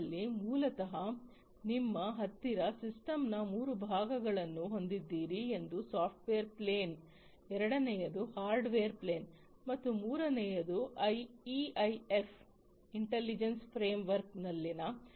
ಇದರಲ್ಲಿ ಮೂಲತಹ ನಿಮ್ಮ ಹತ್ತಿರ ಸಿಸ್ಟಮ್ನ 3 ಭಾಗಗಳನ್ನು ಹೊಂದಿದ್ದೀರಿ ಒಂದು ಸಾಫ್ಟ್ವೇರ್ ಪ್ಲೇನ್ ಎರಡನೆಯದು ಹಾರ್ಡ್ವೇರ್ ಪ್ಲೇನ್ ಮತ್ತು ಮೂರನೆಯದು ಇಐಎಫ್ನ ಇಂಟೆಲಿಜೆನ್ಸ್ ಫ್ರೇಮ್ವರ್ಕ್ನಲ್ಲಿನ